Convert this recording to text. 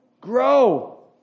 grow